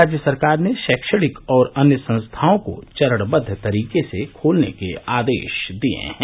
राज्य सरकार ने शैक्षणिक और अन्य संस्थाओं को चरणबद्द तरीके से खोलने के आदेश दिये हैं